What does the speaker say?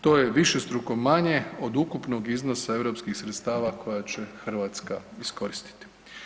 To je višestruko manje od ukupnog iznosa europskih sredstava koja će Hrvatska iskoristiti.